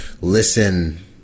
listen